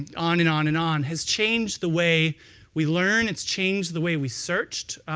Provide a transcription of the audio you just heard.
on and on, and on his change the way we learn, it's changed the way we searched.